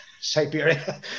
Siberia